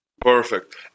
Perfect